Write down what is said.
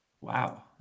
Wow